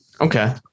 Okay